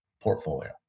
portfolio